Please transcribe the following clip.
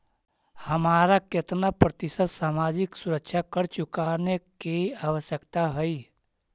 हमारा केतना प्रतिशत सामाजिक सुरक्षा कर चुकाने की आवश्यकता हई